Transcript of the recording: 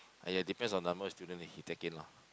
!aiya! depends on the number of students that he take in lah